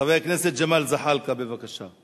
חבר הכנסת ג'מאל זחאלקה, בבקשה.